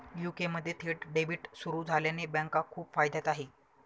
UK मध्ये थेट debit सुरू झाल्याने बँका खूप फायद्यात आहे